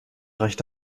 reicht